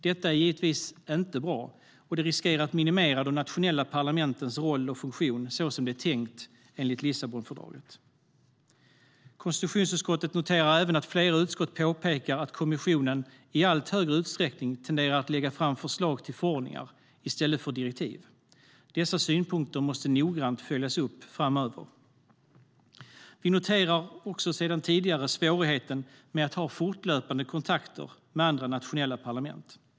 Detta är givetvis inte bra, och det riskerar att minimera de nationella parlamentens roll och funktion så som det är tänkt enligt Lissabonfördraget. Konstitutionsutskottet noterar även att flera utskott påpekar att kommissionen i allt större utsträckning tenderar att lägga fram förslag till förordningar i stället för direktiv. Dessa synpunkter måste noggrant följas upp framöver. Konstitutionsutskottet har tidigare noterat svårigheten med att ha fortlöpande kontakter med andra nationella parlament.